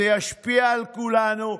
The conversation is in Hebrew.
זה ישפיע על כולנו.